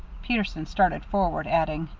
peterson started forward, adding,